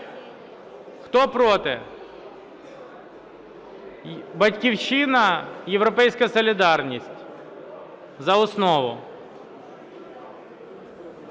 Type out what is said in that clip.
Хто – проти? "Батьківщина", "Європейська солідарність". За основу.